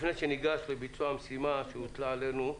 לפני שניגש לביצוע המשימה שהוטלה עלינו,